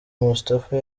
moustapha